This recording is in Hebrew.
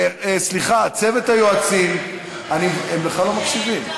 סליחה, צוות היועצים, הם בכלל לא מקשיבים.